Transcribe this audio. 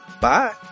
Bye